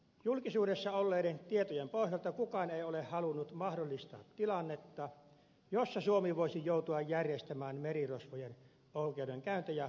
julkisuudessa olleiden tietojen pohjalta kukaan ei ole halunnut mahdollistaa tilannetta jossa suomi voisi joutua järjestämään merirosvojen oikeudenkäyntejä omalla maaperällään